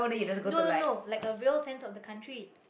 no no no like a real sense of the country